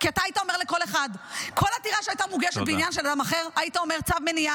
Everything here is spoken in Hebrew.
מינימום של הגינות לומר שאם פורסמו עליך הדברים